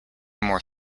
more